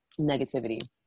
Negativity